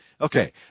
Okay